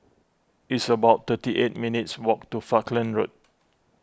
it's about thirty eight minutes' walk to Falkland Road